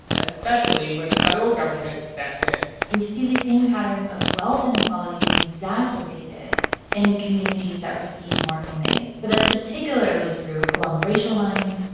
especially when the federal government steps in we see these same patterns of wealth inequality being exacerbated in communities that receive more fema aid. but that's particularly true along racial lines,